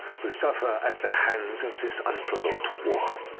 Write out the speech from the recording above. who suffer at the hands of this unprovoked war.